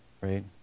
right